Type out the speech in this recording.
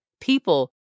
people